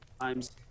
times